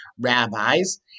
rabbis